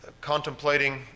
contemplating